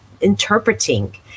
interpreting